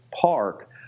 park